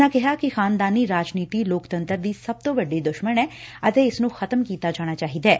ਉਨ੍ਹਾਂ ਕਿਹਾ ਕਿ ਖ਼ਾਨਦਾਨੀ ਰਾਜਨੀਤੀ ਲੋਕਤੰਤਰ ਦੀ ਸਭ ਤੋ ਵੱਡੀ ਦੁਸ਼ਮਣ ਐ ਅਤੇ ਇਸ ਨੂੰ ਖ਼ਤਮ ਕੀਤਾ ਜਾਣਾ ਚਾਹੀਦੈ